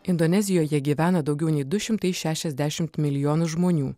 indonezijoje gyvena daugiau nei du šimtai šešiasdešimt milijonų žmonių